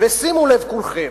ושימו לב כולכם: